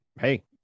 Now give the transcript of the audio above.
hey